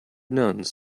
nuns